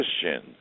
Christian